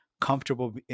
comfortable